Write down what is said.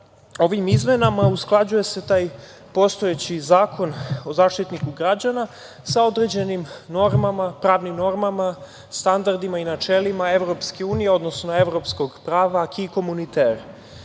izmenama usklađuje se taj postojeći Zakon o Zaštitniku građana sa određenim pravnim normama, standardima i načelima Evropske unije, odnosno evropskog prava AKI komunitera.